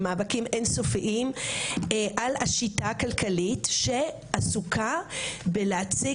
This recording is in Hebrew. במאבקים אין סופיים על השיטה הכלכלית שעסוקה בלהציג,